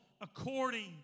according